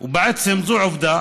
ובעצם זו עובדה,